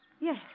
Yes